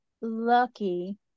lucky